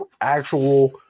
actual